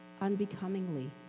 unbecomingly